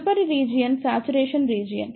తదుపరి region saturation region